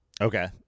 Okay